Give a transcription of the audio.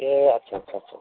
ए अच्छा अच्छा अच्छा